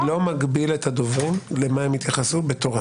אני לא מגביל את הדוברים למה הם יתייחסו בתורם.